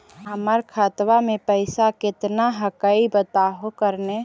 हमर खतवा में पैसा कितना हकाई बताहो करने?